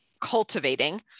cultivating